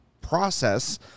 process